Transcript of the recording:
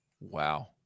Wow